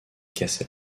cassel